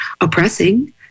oppressing